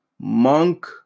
Monk